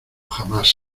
jamás